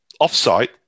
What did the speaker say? offsite